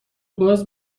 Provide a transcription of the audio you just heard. باز